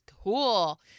cool